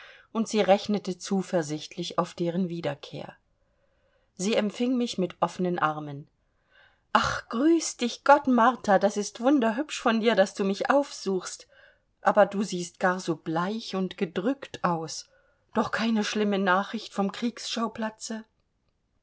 und sie rechnete zuversichtlich auf deren wiederkehr sie empfing mich mit offenen armen ach grüß dich gott martha das ist wunderhübsch von dir daß du mich aufsuchst aber du siehst gar so bleich und gedrückt aus doch keine schlimme nachricht vom kriegsschauplatze